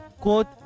Quote